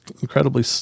incredibly